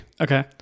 Okay